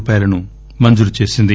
రూపాయలను మంజూరు చేసింది